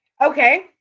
Okay